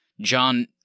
John